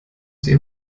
sie